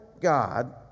God